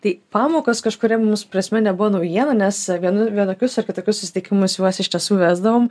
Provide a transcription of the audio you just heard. tai pamokos kažkuria prasme nebuvo naujiena nes vienu vienokius ar kitokius susitikimus juos iš tiesų vesdavom